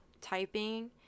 typing